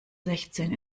sechzehn